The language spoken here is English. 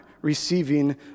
receiving